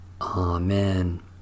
Amen